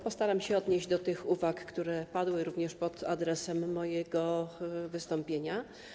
Postaram się odnieść do tych uwag, które padły również w odniesieniu do mojego wystąpienia.